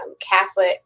catholic